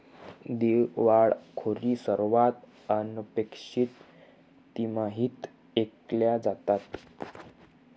दिवाळखोरी सर्वात अनपेक्षित तिमाहीत ऐकल्या जातात